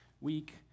week